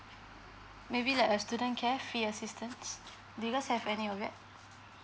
maybe like a student care fee assistance do you guys have any of that